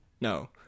No